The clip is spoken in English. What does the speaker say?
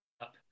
up